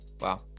wow